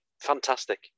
Fantastic